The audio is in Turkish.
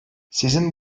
sizin